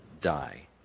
die